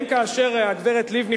האם כאשר הגברת לבני,